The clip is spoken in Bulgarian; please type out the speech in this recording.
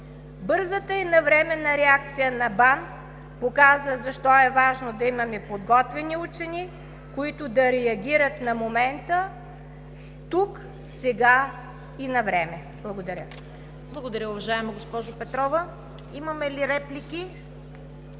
Бързата и навременна реакция на БАН показа защо е важно да имаме подготвени учени, които да реагират на момента – тук, сега и навреме. Благодаря. ПРЕДСЕДАТЕЛ ЦВЕТА КАРАЯНЧЕВА: Благодаря, уважаема госпожо Петрова. Имаме ли реплики?